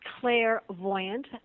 clairvoyant